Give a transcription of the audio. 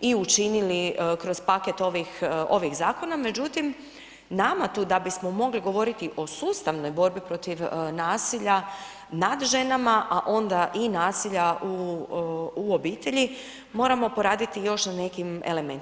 i učinili kroz paket ovih zakona, međutim, nama tu da bismo mogli govoriti o sustavnoj borbi protiv nasilja nad ženama, a onda i nasilja u obitelji moramo poraditi još na nekim elementima.